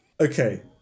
Okay